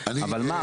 אבל מה,